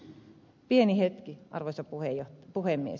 pieni hetki arvoisa puhemies